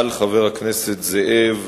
לקלוט אקדמאים